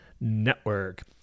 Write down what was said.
Network